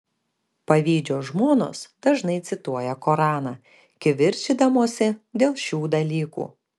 pavydžios žmonos dažnai cituoja koraną kivirčydamosi dėl šių dalykų